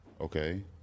Okay